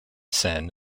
sen